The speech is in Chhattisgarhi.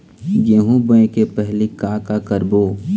गेहूं बोए के पहेली का का करबो?